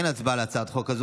אין הצבעה על הצעת החוק הזאת.